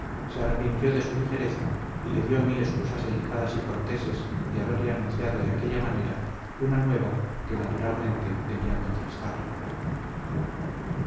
se arrepintió de su ligereza y le dio mil excusas delicadas y corteses de haberle anunciado de aquella manera una nueva que naturalmente debía contristarle